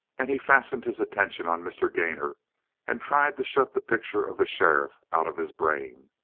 and he fastened his attention on mr. gainor and tried to shut the picture of the sheriff out of his brain.